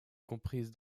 comprise